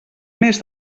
mes